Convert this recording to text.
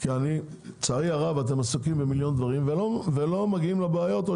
כי לצערי הרב אתם עסוקים בהמון דברים אחרים ולא מגיעים לבעיות האלה או